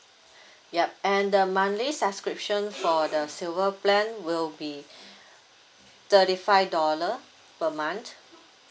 yup and the monthly subscription for the silver plan will be thirty five dollar per month